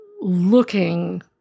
looking